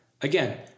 Again